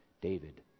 David